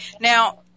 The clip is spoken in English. Now